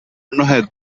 mnohé